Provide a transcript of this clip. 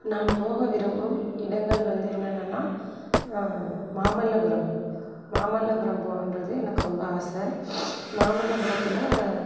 நான் போக விரும்பும் இடங்கள் வந்து என்னென்னன்னா மாமல்லபுரம் மாமல்லபுரம் போணுன்றது எனக்கு ரொம்ப ஆசை மாமல்லபுரத்தில்